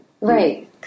Right